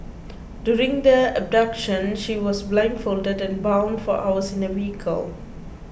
during the abduction she was blindfolded and bound for hours in a vehicle